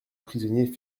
prisonnier